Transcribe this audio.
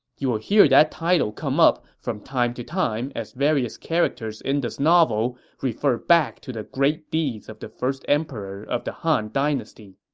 you will hear that title come up from time to time as various characters in the novel refer back to the great deeds of the first emperor of the han dynasty